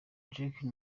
drake